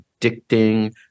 addicting